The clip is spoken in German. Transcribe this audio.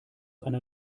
einer